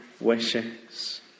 wishes